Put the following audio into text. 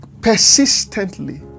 persistently